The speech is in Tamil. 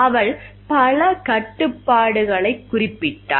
அவள் பல கட்டுப்பாடுகளைக் குறிப்பிட்டாள்